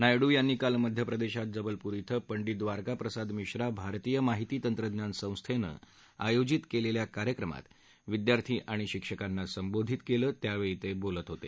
नायडू यांनी काल मध्यप्रदेशात जबलपूर इथं पंडित द्वारका प्रसाद मिश्रा भारतीय माहिती तंत्रज्ञान संस्थेनं आयोजित केलेल्या कार्यक्रमात विद्यार्थी आणि शिक्षकांना संबोधित केलं त्यावेळी ते बोलत होते